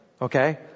Okay